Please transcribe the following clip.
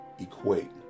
equate